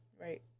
right